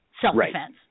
self-defense